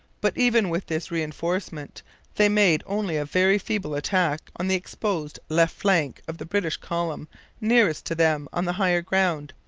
but even with this reinforcement they made only a very feeble attack on the exposed left flank of the british column nearest to them on the higher ground,